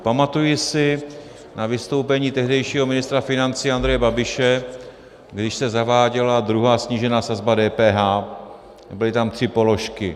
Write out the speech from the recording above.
Pamatuji si na vystoupení tehdejšího ministra financí Andreje Babiše, když se zaváděla druhá snížená sazba DPH a byly tam tři položky.